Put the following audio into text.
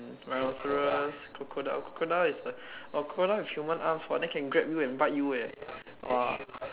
rhinoceros crocodile crocodile is like oh crocodile with human arms !wah! then can grab you and bite you eh !wah!